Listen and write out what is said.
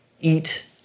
eat